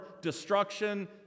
destruction